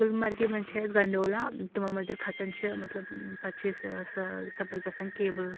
گُلمرگہِ منٛز چھِ أسہِ گَنٛڈولا تِمو منٛز یَیلہِ کھژان چھِ مطلب پَتہٕ چھِ أسۍ تَپٲرۍ گژھان کیبٕل